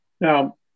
Now